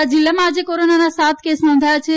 બોટાદ જિલ્લામાં આજે કોરોનાનાં સાત કેસ નોંધાયા છે